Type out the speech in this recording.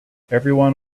everyone